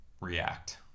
react